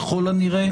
ככל הנראה,